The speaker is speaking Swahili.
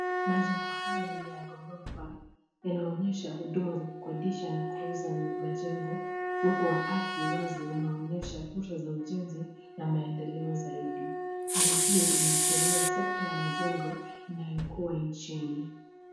Majengo haya ni ya ghorofa yanaonyesha huduma za kukodisha na kuuza majengo. Uwepo wa ardhi wazi unaonyesha kuta za ujenzi na maendeleo zaidi. Hali hii inaashiria sekta ya majengo inayokuwa nchini.